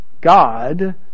God